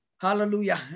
Hallelujah